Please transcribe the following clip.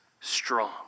strong